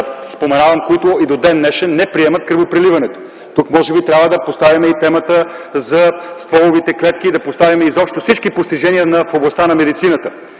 споменавам, които и до ден-днешен не приемат кръвопреливането. Тук може би трябва да поставим и темата за стволовите клетки, да поставим изобщо всички постижения в областта на медицината.